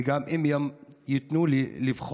וגם אם ייתנו לי לבחור